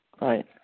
right